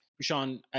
Sean